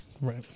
Right